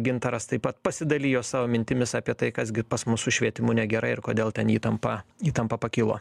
gintaras taip pat pasidalijo savo mintimis apie tai kas gi pas mus su švietimu negerai ir kodėl ten įtampa įtampa pakilo